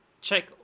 check